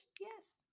yes